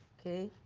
okay.